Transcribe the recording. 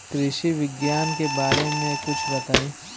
कृषि विज्ञान के बारे में कुछ बताई